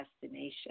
destination